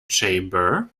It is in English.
chamber